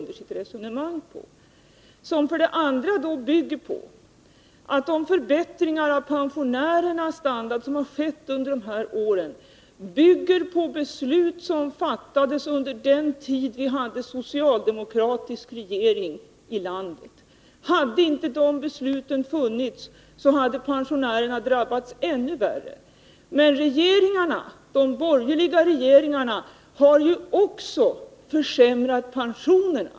De förbättringar för pensionärerna som skett under dessa år bygger på beslut som fattades under den tid vi hade socialdemokratisk regering i landet. Hade inte de besluten funnits, skulle pensionärerna ha drabbats ännu värre. Men de borgerliga regeringarna har ju också försämrat pensionerna.